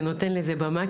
ונותן לזה במה.